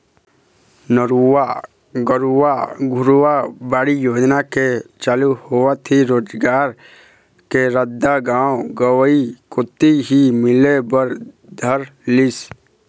नरूवा, गरूवा, घुरूवा, बाड़ी योजना के चालू होवत ही रोजगार के रद्दा गाँव गंवई कोती ही मिले बर धर लिस